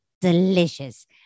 delicious